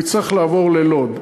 שהוא יצטרך לעבור ללוד.